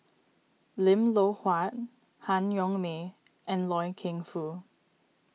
Lim Loh Huat Han Yong May and Loy Keng Foo